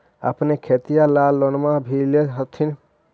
अपने खेतिया ले लोनमा भी ले होत्थिन?